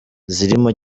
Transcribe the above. zirimo